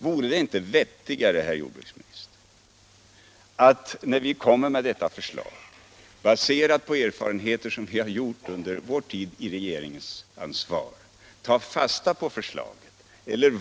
Vore det inte vettigare, herr jordbruksminister, när vi nu kommer med vårt förslag, baserat på erfarenheter som vi har gjort under den tid vi hade regeringsansvaret, att ta fasta på detta förslag?